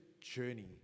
journey